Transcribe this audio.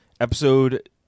episode